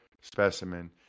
specimen